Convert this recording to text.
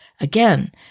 again